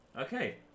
Okay